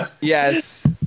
Yes